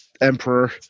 emperor